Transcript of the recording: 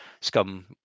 scum